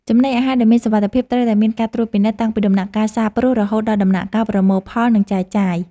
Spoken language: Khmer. ចំណីអាហារដែលមានសុវត្ថិភាពត្រូវតែមានការត្រួតពិនិត្យតាំងពីដំណាក់កាលសាបព្រោះរហូតដល់ដំណាក់កាលប្រមូលផលនិងចែកចាយ។